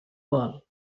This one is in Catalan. vol